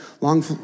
Long